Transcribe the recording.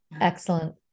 excellent